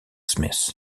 smith